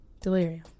delirium